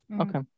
Okay